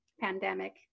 pandemic